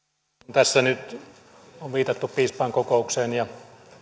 tässä nyt on viitattu piispainkokoukseen ja